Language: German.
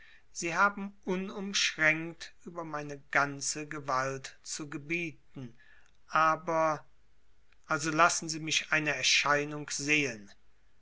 sie haben unumschränkt über meine ganze gewalt zu gebieten aber also lassen sie mich eine erscheinung sehen